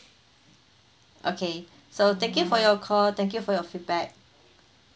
okay so thank you for your call thank you for your feedback